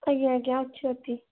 ଆଜ୍ଞା ଆଜ୍ଞା ଅଛନ୍ତି